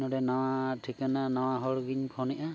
ᱱᱚᱰᱮ ᱱᱟᱣᱟ ᱴᱷᱤᱠᱟᱹᱱᱟ ᱱᱟᱣᱟ ᱦᱚᱲᱜᱤᱧ ᱯᱷᱳᱱᱮᱜᱼᱟ